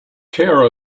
care